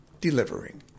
delivering